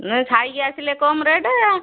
ନା ସାହିକି ଆସିଲେ କମ୍ ରେଟ୍